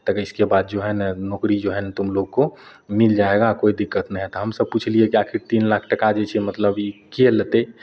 तब इसके बाद जो है ने नौकरी जो है ने तुमलोग को मिल जाएगा कोइ दिक्कत नहि है तऽ हमसब पुछलियै कि आखिर तीन लाख टका जे छै मतलब ई के लेतै